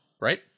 Right